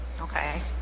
Okay